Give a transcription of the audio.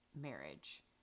marriage